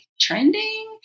trending